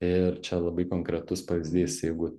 ir čia labai konkretus pavyzdys jeigu